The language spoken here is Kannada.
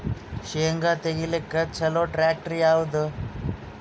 ಶೇಂಗಾ ತೆಗಿಲಿಕ್ಕ ಚಲೋ ಟ್ಯಾಕ್ಟರಿ ಯಾವಾದು?